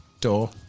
door